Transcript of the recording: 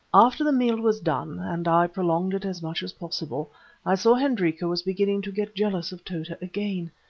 after the meal was done and i prolonged it as much as possible i saw hendrika was beginning to get jealous of tota again.